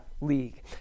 league